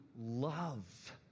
love